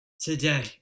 today